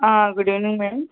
good evening madam